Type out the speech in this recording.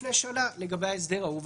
לפני שנה לגבי ההסדר ההוא,